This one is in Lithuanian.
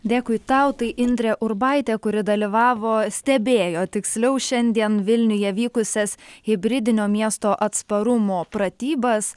dėkui tau tai indrė urbaitė kuri dalyvavo stebėjo tiksliau šiandien vilniuje vykusias hibridinio miesto atsparumo pratybas